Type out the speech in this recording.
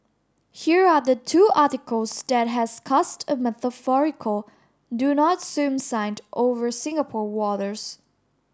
here are the two articles that has cast a metaphorical do not swim signed over Singapore waters